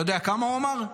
אתה יודע כמה הוא אמר?